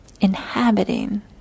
inhabiting